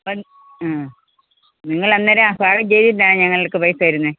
അപ്പം അ നിങ്ങൾ അന്നേരം പാകം ചെയ്തിട്ടാണ് ഞങ്ങൾക്ക് പൈസ തരുന്നത്